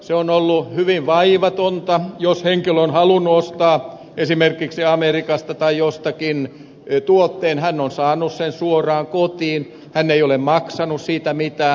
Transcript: se on ollut hyvin vaivatonta jos henkilö on halunnut ostaa esimerkiksi amerikasta tai jostakin tuotteen hän on saanut sen suoraan kotiin hän ei ole maksanut siitä mitään